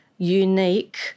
unique